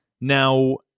Now